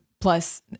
plus